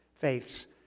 Faiths